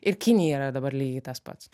ir kinija yra dabar lygiai tas pats